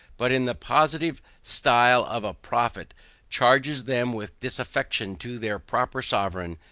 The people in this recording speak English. but in the positive stile of a prophet charges them with disaffection to their proper sovereign,